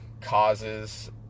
causes